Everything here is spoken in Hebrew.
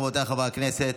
רבותיי חברי הכנסת,